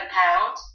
pound